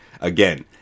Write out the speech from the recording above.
Again